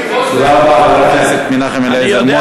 תודה רבה, חבר הכנסת מנחם אליעזר מוזס.